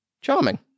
Charming